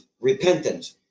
repentance